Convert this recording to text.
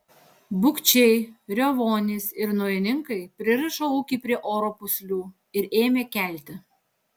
bukčiai riovonys ir naujininkai pririšo ūkį prie oro pūslių ir ėmė kelti